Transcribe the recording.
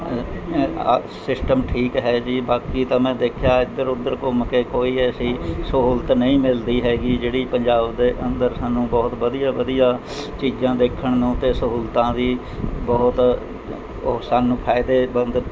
system ਠੀਕ ਹੈ ਜੀ ਬਾਕੀ ਤਾਂ ਮੈਂ ਦੇਖਿਆ ਇੱਧਰ ਉੱਧਰ ਘੁੰਮ ਕੇ ਕੋਈ ਐਸੀ ਸਹੂਲਤ ਨਹੀਂ ਮਿਲਦੀ ਹੈਗੀ ਜਿਹੜੀ ਪੰਜਾਬ ਦੇ ਅੰਦਰ ਸਾਨੂੰ ਬਹੁਤ ਵਧੀਆ ਵਧੀਆ ਚੀਜ਼ਾਂ ਦੇਖਣ ਨੂੰ ਅਤੇ ਸਹੂਲਤਾਂ ਵੀ ਬਹੁਤ ਉਹ ਸਾਨੂੰ ਫਾਇਦੇਮੰਦ